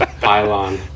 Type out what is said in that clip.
pylon